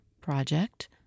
project